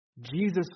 Jesus